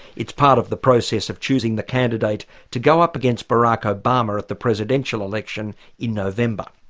it's part of the process of choosing the candidate to go up against barack obama at the presidential election in november.